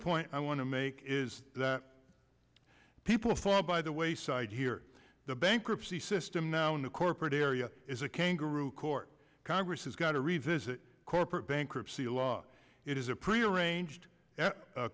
point i want to make is that people for by the wayside here the bankrupt system now in the corporate area is a kangaroo court congress has got to revisit corporate bankruptcy law it is a prearranged